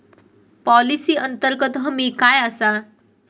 Policy अंतर्गत हमी काय आसा?